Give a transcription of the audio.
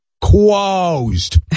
closed